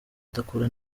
adakura